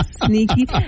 Sneaky